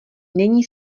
není